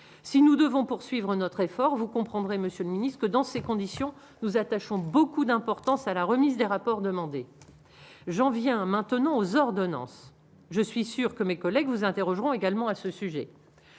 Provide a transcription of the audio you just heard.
si nous devons poursuivre notre effort, vous comprendrez, Monsieur le Ministre, que dans ces conditions, nous attachons beaucoup d'importance à la remise des rapports demandés, j'en viens maintenant aux ordonnances, je suis sûr que mes collègues nous interrogerons également à ce sujet,